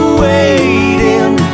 waiting